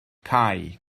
cau